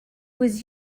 was